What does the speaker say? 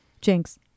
jinx